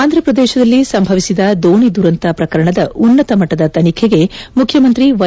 ಆಂಧ್ರಪ್ರದೇಶದಲ್ಲಿ ಸಂಭವಿಸಿದ ದೋಣಿದುರಂತ ಪ್ರಕರಣದ ಉನ್ತತ ಮಟ್ರದ ತನಿಖೆಗೆ ಮುಖ್ಯಮಂತ್ರಿ ವ್ಯೆ